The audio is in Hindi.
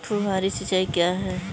फुहारी सिंचाई क्या है?